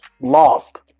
Lost